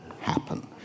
happen